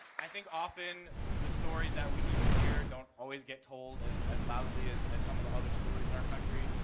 i think often the stories that we need to hear don't always get told as as loudly as as some of the other stories in our country.